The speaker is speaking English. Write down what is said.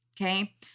Okay